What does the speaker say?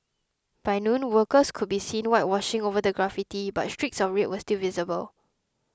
by noon workers could be seen whitewashing over the graffiti but streaks of red were still visible